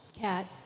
Kat